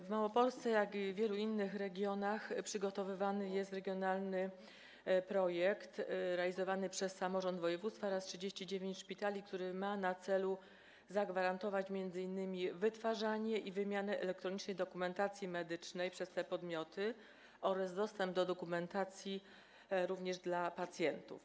W Małopolsce, jak i w wielu innych regionach, przygotowywany jest regionalny projekt realizowany przez samorząd województwa oraz 39 szpitali, który ma na celu zagwarantowanie m.in. wytwarzania i wymiany elektronicznej dokumentacji medycznej przez te podmioty oraz dostępu do dokumentacji również pacjentom.